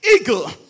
eagle